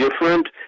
different